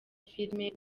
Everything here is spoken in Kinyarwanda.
filimi